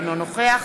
אינו נוכח